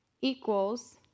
equals